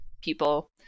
people